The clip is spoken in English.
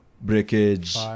breakage